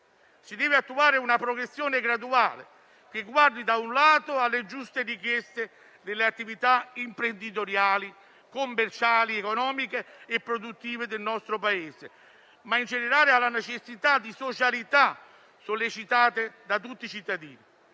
Si deve attuare una progressione graduale, che - da un lato - guardi, alle giuste richieste delle attività imprenditoriali, commerciali, economiche e produttive del nostro Paese e, in generale, alle necessità di socialità sollecitate da tutti i cittadini,